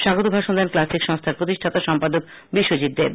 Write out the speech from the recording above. স্বাগত ভাষণ দেন ক্লাসিক সংস্থার প্রতিষ্ঠাতা সম্পাদক বিশ্বজিৎ দেব